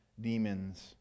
demons